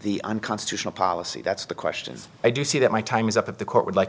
the unconstitutional policy that's the questions i do see that my time is up at the court would like